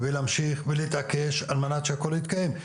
להמשיך ולהתעקש על מנת שהכל יתקיים.